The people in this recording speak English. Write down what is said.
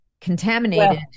contaminated